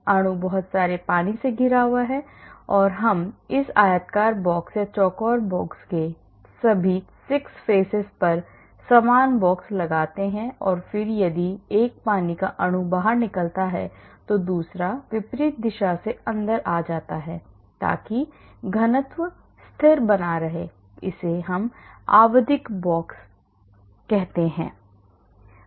अणु बहुत सारे पानी से घिरा हुआ है और हम इस आयताकार बॉक्स या चौकोर बॉक्स के सभी 6 faces पर समान बॉक्स लगाते हैं और फिर यदि एक पानी का अणु बाहर निकलता है तो दूसरा विपरीत दिशा से अंदर आता है ताकि घनत्व स्थिर बना रहे इसे आवधिक बॉक्स कहा जाता है